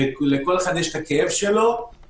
לכל אחד יש את הכאב שלו.